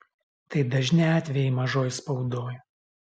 tai dažni atvejai mažoj spaudoj